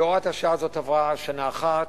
הוראת השעה הזו עברה שנה אחת,